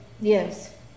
Yes